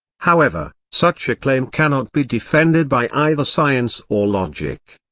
however, such a claim cannot be defended by either science or logic.